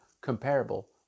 comparable